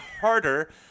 harder